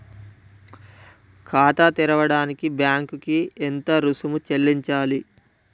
ఖాతా తెరవడానికి బ్యాంక్ కి ఎంత రుసుము చెల్లించాలి?